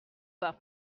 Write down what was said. pas